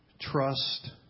trust